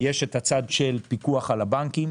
יש את הצד של פיקוח על הבנקים,